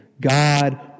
God